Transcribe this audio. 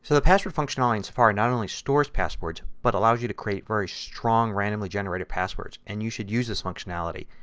the password functionality in safari not only stores passwords but allows you to create very strong randomly generated passwords. and you should use this functionality.